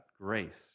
Grace